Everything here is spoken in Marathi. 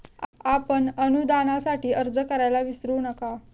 आपण अनुदानासाठी अर्ज करायला विसरू नका